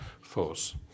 force